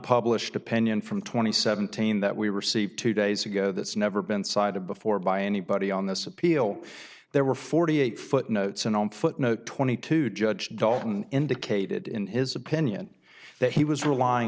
unpublished opinion from two thousand and seventeen that we received two days ago that's never been cited before by anybody on this appeal there were forty eight footnotes and on footnote twenty two judge dalton indicated in his opinion that he was relying